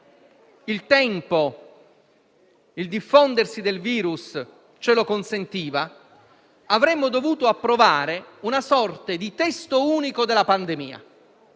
il tempo e il diffondersi del virus lo consentivano, avremmo dovuto approvare una sorta di testo unico della pandemia,